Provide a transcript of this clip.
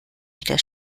wieder